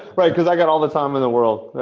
right, because i got all the time in the world.